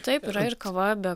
taip ir kava be